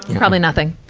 probably nothing.